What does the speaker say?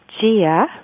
Gia